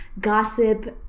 gossip